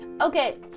Okay